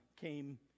came